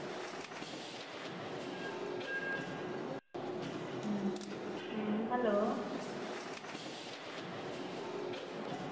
ᱦᱩᱸ ᱦᱩᱸ ᱦᱮᱞᱳ